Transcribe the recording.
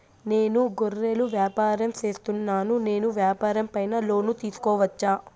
నేను గొర్రెలు వ్యాపారం సేస్తున్నాను, నేను వ్యాపారం పైన లోను తీసుకోవచ్చా?